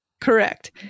Correct